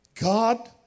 God